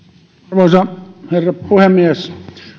arvoisa herra puhemies